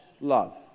love